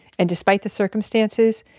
and despite the circumstances,